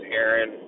Aaron